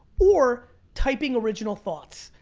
or, typing original thoughts.